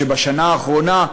שבשנה האחרונה,